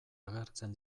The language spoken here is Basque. agertzen